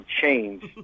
change